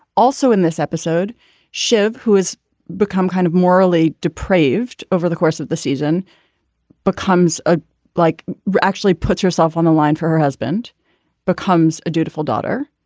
also in this episode show who has become kind of morally depraved over the course of the season becomes a like actually puts herself on the line for her husband becomes a dutiful daughter.